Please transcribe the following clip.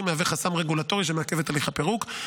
מהווה חסם רגולטורי שמעכב את הליך הפירוק.